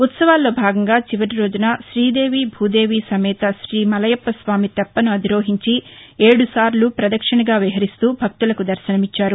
ఉత్సవాల్లో భాగంగా చివరిరోజున శ్రీదేవి భూదేవి సమేత శ్రీ మలయప్పస్వామి తెప్పను అధిరోహించి ఏడుసార్లు పదక్షిణగా విహరిస్తూ భక్తులకు దర్శనమిచ్చారు